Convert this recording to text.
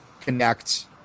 connect